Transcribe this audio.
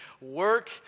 work